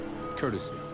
Courtesy